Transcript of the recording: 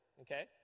okay